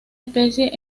especie